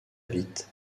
vite